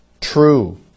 true